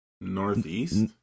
Northeast